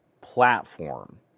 platform